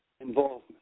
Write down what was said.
involvement